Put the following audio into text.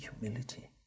humility